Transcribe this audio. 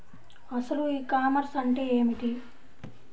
అసలు e commerce అంటే ఏమిటి?